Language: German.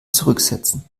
zurücksetzen